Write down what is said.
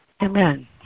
Amen